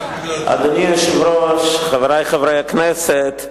אדוני היושב-ראש, חברי חברי הכנסת,